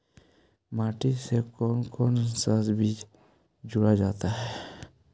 माटी से कौन कौन सा बीज जोड़ा जाता है?